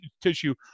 tissue